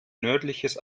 nördliches